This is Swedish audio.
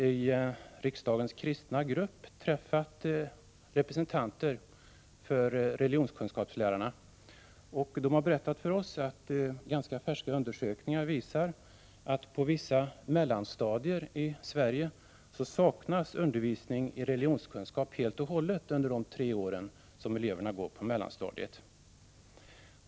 I riksdagens kristna grupp har vi träffat representanter för religionskunskapslärarna, som har berättat för oss att ganska färska undersökningar visar att det på vissa mellanstadier i Sverige saknas undervisning i religionskunskap helt och hållet under de tre år eleverna går på mellansta diet.